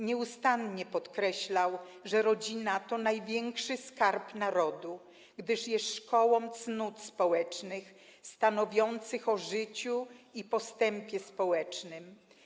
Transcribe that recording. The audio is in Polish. Nieustannie podkreślał, że rodzina to największy skarb narodu, gdyż jest szkołą cnót społecznych stanowiących o życiu i postępie społecznym.